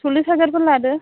स'ल्लिस हाजारफोर लादो